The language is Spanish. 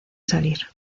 salir